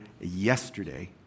yesterday